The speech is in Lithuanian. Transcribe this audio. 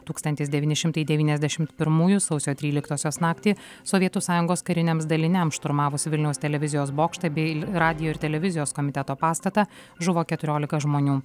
tūkstantis devyni šimtai devyniasdešimt pirmųjų sausio tryliktosios naktį sovietų sąjungos kariniams daliniams šturmavus vilniaus televizijos bokštą bei radijo ir televizijos komiteto pastatą žuvo keturiolika žmonių